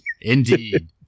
Indeed